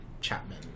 Chapman